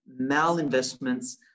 malinvestments